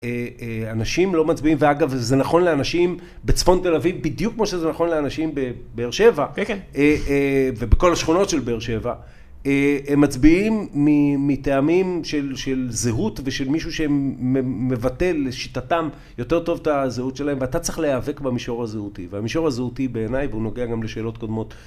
אנשים לא מצביעים, ואגב זה נכון לאנשים בצפון תל אביב, בדיוק כמו שזה נכון לאנשים בבאר שבע, ובכל השכונות של באר שבע, הם מצביעים מטעמים של זהות ושל מישהו שמבטא לשיטתם יותר טוב את הזהות שלהם, ואתה צריך להיאבק במישור הזהותי, והמישור הזהותי בעיניי, והוא נוגע גם לשאלות קודמות